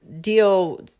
deal